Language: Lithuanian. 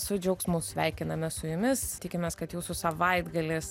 su džiaugsmu sveikinamės su jumis tikimės kad jūsų savaitgalis